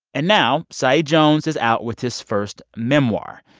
and now saeed jones is out with his first memoir.